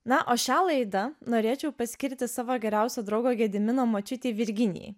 na o šią laidą norėčiau paskirti savo geriausio draugo gedimino močiutei virginijai